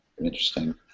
interesting